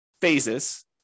phases